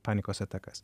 panikos atakas